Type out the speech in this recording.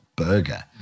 burger